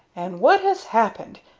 and what has happened?